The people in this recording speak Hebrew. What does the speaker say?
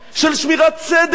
של שמירת סדר,